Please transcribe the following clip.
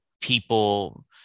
people